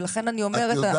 ולכן אני אומרת,